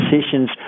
decisions